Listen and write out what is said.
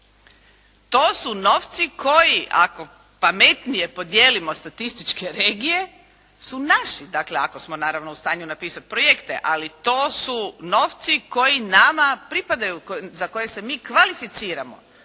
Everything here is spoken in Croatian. To su novci koji ako pametnije podijelimo statističke regije su naši, dakle ako smo naravno u stanju napisati projekte, ali to su novci koji nama pripadaju, za koje se mi kvalificiramo.